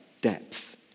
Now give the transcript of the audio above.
Depth